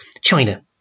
China